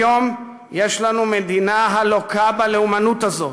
היום יש לנו מדינה הלוקה בלאומנות הזאת,